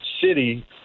city